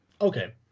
Okay